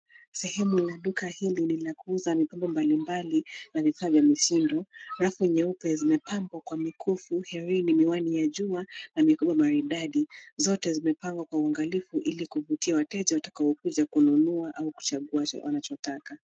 Sehemu ya duka hili ni la kuuza mikoba mbalimbali na vifaa vya mitindo. Rafu nyeupe zimepambwa kwa mikufu, herini, miwani ya jua na mikoba maridadi. Zote zimepangwa kwa uangalifu ili kuvutia wateja watakaokuja kununua au kuchagua wanachotaka.